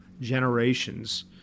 generations